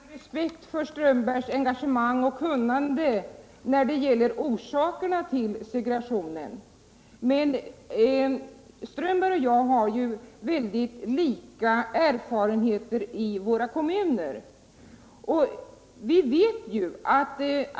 Herr talman! Jag har all respekt för Karl-Erik Strömbergs engagemang och kunnande när det gäller orsakerna till segregationen. Karl-Erik Strömberg och jag har mycket likartade erfarenheter från våra kommuner.